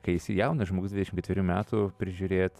kai esi jaunas žmogus dvidešimt ketverių metų prižiūrėt